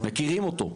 מכירים אותו,